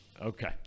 Okay